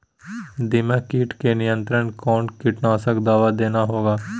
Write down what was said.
दीमक किट के नियंत्रण कौन कीटनाशक दवा देना होगा?